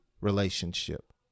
relationship